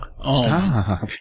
Stop